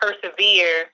persevere